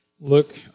look